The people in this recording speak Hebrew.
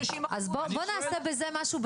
נכון.